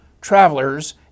travelers